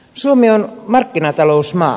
suomi on markkinatalousmaa